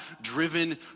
driven